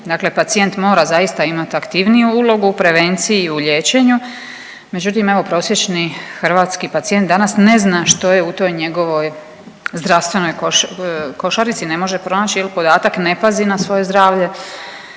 Dakle, pacijent mora zaista imati aktivniju ulogu u prevenciji i u liječenju. Međutim evo prosječni hrvatski pacijent danas ne zna što je u toj njegovoj zdravstvenoj košarici. Ne može pronaći podatak, ne pazi na svoje zdravlje